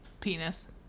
penis